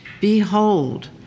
Behold